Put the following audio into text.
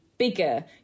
bigger